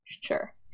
Sure